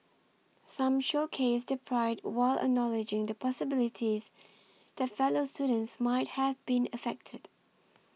some showcased their pride while acknowledging the possibility that fellow students might have been affected